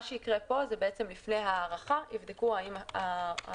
מה שיקרה פה הוא בעצם לפני הארכה יבדקו אם ההשתלמויות